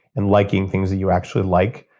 and liking things that you actually like,